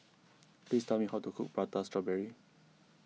please tell me how to cook Prata Strawberry